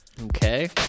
Okay